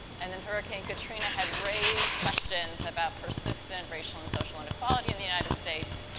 and, then hurricane katrina had raised questions about persistent racial and social inequality in the united states.